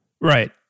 Right